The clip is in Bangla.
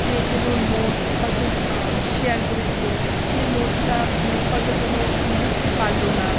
যে কোনো নোট হয়তো শেয়ার করে দিলো সেই নোটটা হয়তো কোনো লিতে পাল্লো না